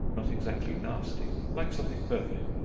not exactly nasty, like something burning.